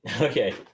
Okay